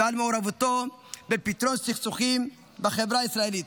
ועל מעורבותו בפתרון סכסוכים בחברה הישראלית.